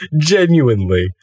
Genuinely